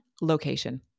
location